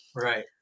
Right